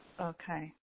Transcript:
Okay